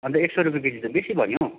अन्त एक सय रुपियाँ केजी त बेसी भयो नि हौ